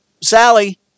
Sally